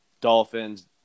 Dolphins